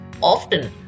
often